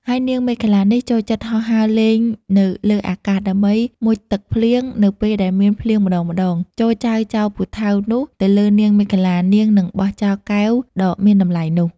ហើយនាងមេខលានេះ ចូលចិត្តហោះហើរលេងនៅលើអាកាសដើម្បីមុជទឹកភ្លៀងនៅពេលដែលមានភ្លៀងម្តងៗ ចូរចៅចោលពូថៅនោះទៅលើនាងមេខលា នាងនឹងបោះចោលកែវដ៏មានតម្លៃនោះ។